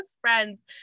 Friends